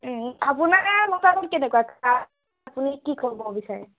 আপোনাৰ মতামত কেনেকুৱা কা আপুনি কি ক'ব বিচাৰে